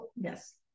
yes